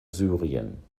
syrien